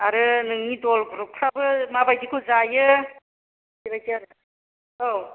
आरो नोंनि दल ग्रुबफ्राबो माबायदिखौ जायो बेबायदि आरो औ